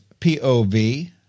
POV